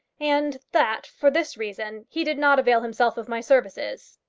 and that for this reason he did not avail himself of my services.